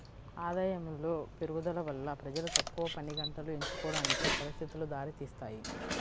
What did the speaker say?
ఆదాయములో పెరుగుదల వల్ల ప్రజలు తక్కువ పనిగంటలు ఎంచుకోవడానికి పరిస్థితులు దారితీస్తాయి